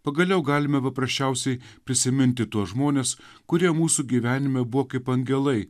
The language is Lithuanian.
pagaliau galime paprasčiausiai prisiminti tuos žmones kurie mūsų gyvenime buvo kaip angelai